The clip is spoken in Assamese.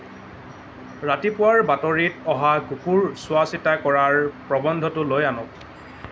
ৰাতিপুৱাৰ বাতৰিত অহা কুকুৰ চোৱা চিতা কৰাৰ প্ৰবন্ধটো লৈ আনক